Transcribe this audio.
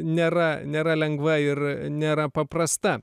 nėra nėra lengva ir nėra paprasta